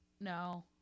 No